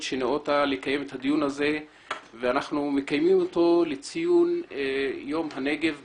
שנאותה לקיים את הדיון הזה ואנחנו מקיימים אותו לציון יום הנגב בכנסת.